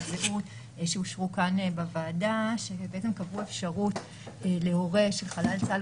זהות) שאושרו כאן בוועדה שקבעו אפשרות להורה של חלל צה"ל